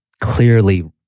clearly